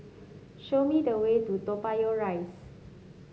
show me the way to Toa Payoh Rise